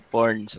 Porn